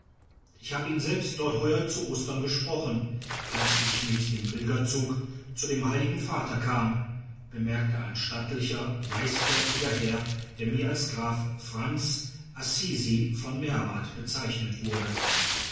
ich habe ihn selbst dort heuer zu ostern gesprochen als ich mit dem pilgerzug zu dem heiligen vater kam bemerkte ein stattlicher weißbärtiger herr der mir als graf franz assisi von meerwarth bezeichnet wurde